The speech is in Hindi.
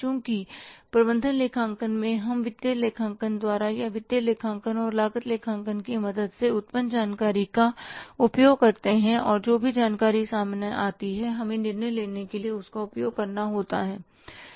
चूंकि प्रबंधन लेखांकन में हम वित्तीय लेखांकन द्वारा या वित्तीय लेखांकन और लागत लेखांकन की मदद से उत्पन्न जानकारी का उपयोग करते हैं और जो भी जानकारी सामने आती है हमें निर्णय लेने के लिए उसका उपयोग करना होगा है ना